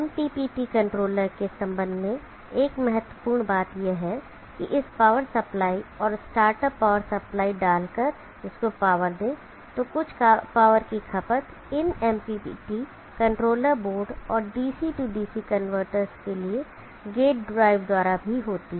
MPPT controller के संबंध में एक महत्वपूर्ण बात यह है कि इस पावर सप्लाई और स्टार्ट अप पावर सप्लाई डालकर इसको पावर दें तो कुछ पावर की खपत इन MPPT कंट्रोलर बोर्ड और DC DC कन्वर्टर्स के लिए गेट ड्राइव द्वारा भी होती है